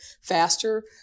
faster